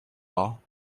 all